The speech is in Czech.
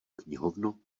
knihovnu